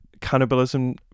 cannibalism